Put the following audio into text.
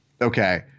Okay